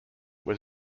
was